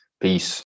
Peace